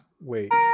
Wait